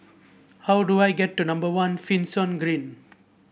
how do I get to number One Finlayson Green